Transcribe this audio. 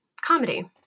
comedy